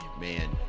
man